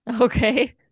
Okay